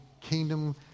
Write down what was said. kingdom